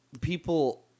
people